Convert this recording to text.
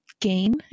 gain